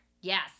Yes